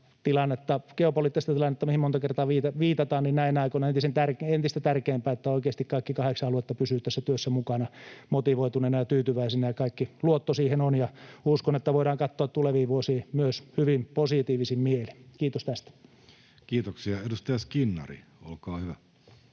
geopoliittista tilannetta, mihin monta kertaa viitataan, niin näinä aikoina on entistä tärkeämpää, että oikeasti kaikki kahdeksan aluetta pysyvät tässä työssä mukana motivoituneina ja tyytyväisinä. Kaikki luotto siihen on, ja uskon, että voidaan katsoa myös tuleviin vuosiin hyvin positiivisin mielin. — Kiitos tästä. Kiitoksia. — Edustaja Skinnari, olkaa hyvä.